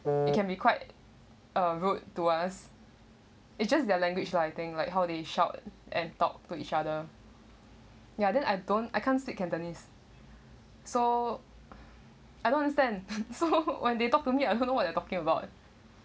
it can be quite uh rude to us it's just their language lah I think like how they shouted and talk to each other ya then I don't I can't speak cantonese so I don't understand so when they talk to me I don't know what they're talking about